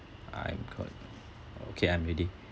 I'm good okay I'm already